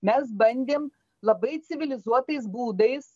mes bandėm labai civilizuotais būdais